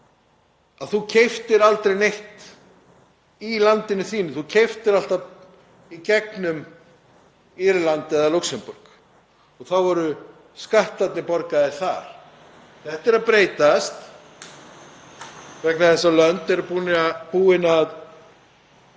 að þú keyptir aldrei neitt í landinu þínu heldur alltaf í gegnum Írland eða Lúxemborg og þá voru skattarnir borgaðir þar. Þetta er að breytast vegna þess að lönd eru búin að